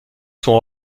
sont